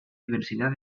diversidad